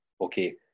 Okay